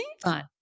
Fun